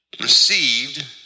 received